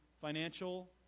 financial